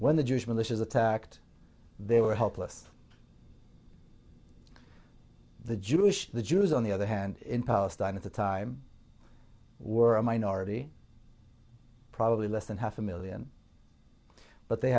when the jewish militias attacked they were helpless the jewish the jews on the other hand in palestine at the time were a minority probably less than half a million but they